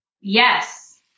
Yes